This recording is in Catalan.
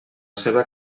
seva